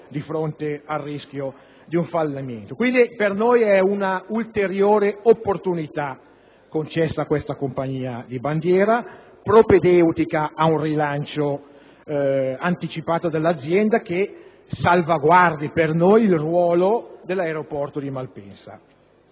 di fronte al rischio di un fallimento. Quindi, per noi si tratta di una ulteriore opportunità concessa alla compagnia di bandiera, propedeutica ad un rilancio anticipato dell'azienda che salvaguardi il ruolo - per noi importante - dell'aeroporto di Malpensa.